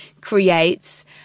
creates